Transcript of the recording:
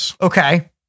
Okay